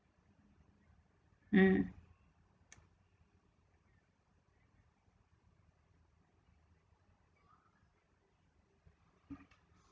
mm